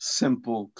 simple